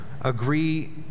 agree